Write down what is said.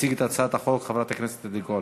תציג את הצעת החוק חברת הכנסת עדי קול.